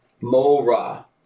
Mora